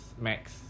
Max